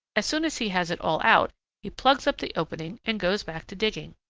as soon as he has it all out he plugs up the opening and goes back to digging.